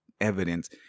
evidence